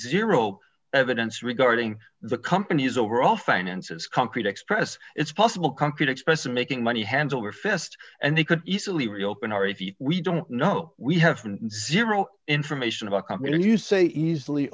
zero evidence regarding the company's overall finances concrete express it's possible compute express making money hand over fist and they could easily reopen our if we don't know we have zero information about come in and you say easily